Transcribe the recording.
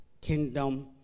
kingdom